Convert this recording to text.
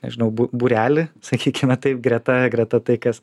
nežinau bū būrelį sakykime taip greta greta tai kas